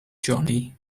johnny